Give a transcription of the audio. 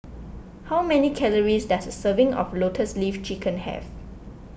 how many calories does a serving of Lotus Leaf Chicken Have